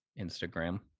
Instagram